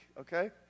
okay